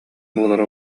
буолара